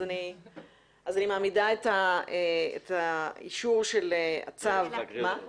אז אני מעמידה את האישור של הצו --- צריך להקריא אותו.